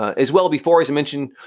as well before as i mentioned,